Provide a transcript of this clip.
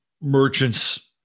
merchants